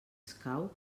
escau